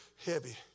Heavy